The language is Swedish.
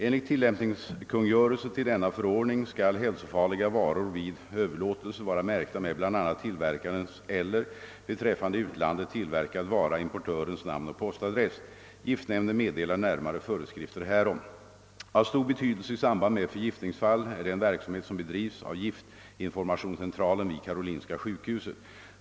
Enligt tillämpningskungörelse till denna förordning skall hälsofarliga varor vid överlåtelse vara märkta med bl a. tillverkarens eller, beträffande i utlandet tillverkad vara, importörens namn och postadress. Giftnämnden meddelar närmare föreskrifter härom. Av stor betydelse i samband med förgiftningsfall är den verksamhet som bedrivs av giftinformationscentralen vid karolinska sjukhuset.